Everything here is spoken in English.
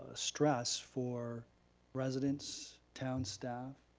stress for residents, town staff,